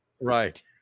Right